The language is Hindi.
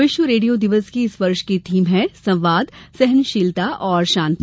विश्व रेडियो दिवस की इस वर्ष की थीम है संवाद सहनशीलता और शांति